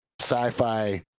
sci-fi